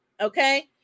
okay